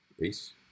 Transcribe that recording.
Peace